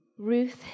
Ruth